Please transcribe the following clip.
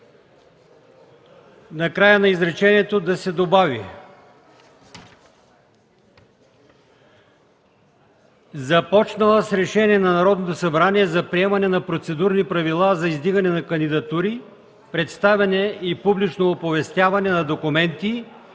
„Накрая на изречението да се добави: „Започнала с Решение на Народното събрание за приемане на процедурни правила за издигане на кандидатури, представяне и публично оповестяване на документи,